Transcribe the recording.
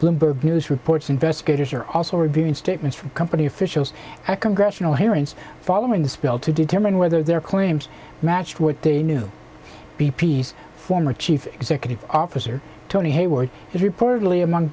bloomberg news reports investigators are also reviewing statements from company officials and congressional hearings following the spill to determine whether their claims match what they knew b p s former chief executive officer tony hayward reportedly among